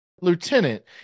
lieutenant